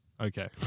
Okay